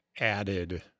added